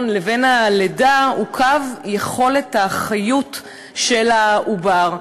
לבין לידה הוא קו יכולת החיוּת של העובר.